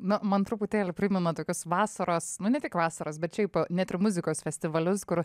nu man truputėlį primena tokius vasaros nu ne tik vasaros bet šiaip net ir muzikos festivalius kur